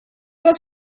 was